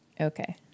Okay